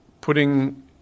putting